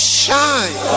shine